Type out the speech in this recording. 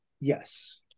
Yes